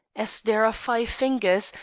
as there are five fingers,